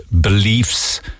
beliefs